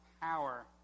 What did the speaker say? power